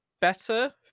better